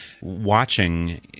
watching